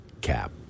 Cap